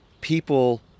people